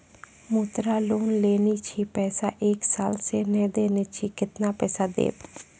मुद्रा लोन लेने छी पैसा एक साल से ने देने छी केतना पैसा देब?